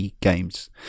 games